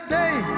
day